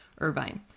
Irvine